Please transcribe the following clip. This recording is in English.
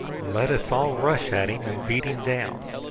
let us all rush at him and beat him down.